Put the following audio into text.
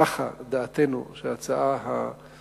נחה דעתנו שההצעה המשודרגת,